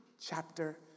chapter